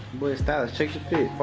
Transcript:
stylist too.